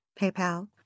PayPal